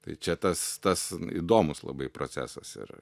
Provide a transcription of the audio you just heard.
tai čia tas tas įdomus labai procesas ir